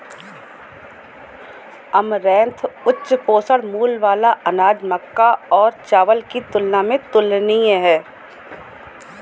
amaranth उच्च पोषण मूल्य वाला अनाज मक्का और चावल की तुलना में तुलनीय है